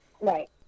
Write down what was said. Right